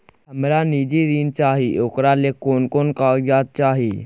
हमरा निजी ऋण चाही ओकरा ले कोन कोन कागजात चाही?